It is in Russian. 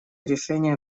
решения